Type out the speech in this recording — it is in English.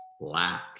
Black